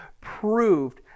proved